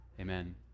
amen